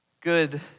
good